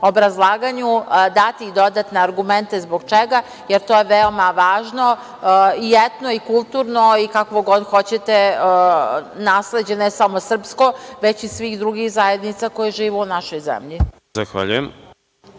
obrazlaganju dati i dodatne argumente zbog čega, jer to je veoma važno, i etno i kulturno i kakvo god hoćete nasleđe, ne samo srpsko, već i svih drugih zajednica koje žive u našoj zemlji. **Đorđe